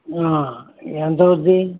ఎంత అవుద్ది